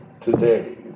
today